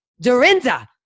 Dorinda